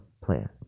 plan